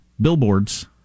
billboards